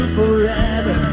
forever